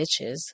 bitches